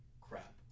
crap